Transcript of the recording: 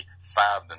five